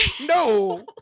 No